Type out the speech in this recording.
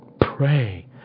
Pray